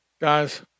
Guys